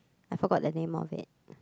I forgot the name of it